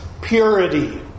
Purity